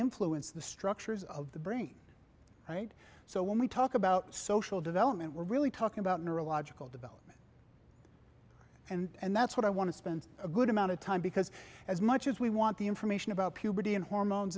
influence the structures of the brain right so when we talk about social development we're really talking about neurological develop and that's what i want to spend a good amount of time because as much as we want the information about puberty and hormones